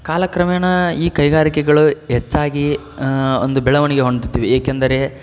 ಕಾಲಕ್ರಮೇಣ ಈ ಕೈಗಾರಿಕೆಗಳು ಹೆಚ್ಚಾಗಿ ಒಂದು ಬೆಳವಣಿಗೆ ಹೊಂದುತ್ತಿವೆ ಏಕೆಂದರೆ